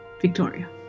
Victoria